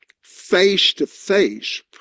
face-to-face